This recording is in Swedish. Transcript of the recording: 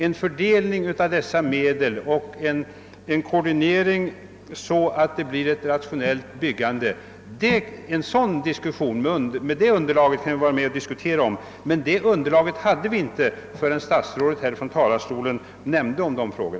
En diskussion om hur kostnaderna skall fördelas och hur vägbyggande skall koordineras för att bli så rationellt som möjligt vill jag gärna var med om. Men något underlag för en sådan diskussion hade vi inte förrän statsrådet från denna talarstol tog upp dessa frågor.